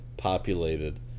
populated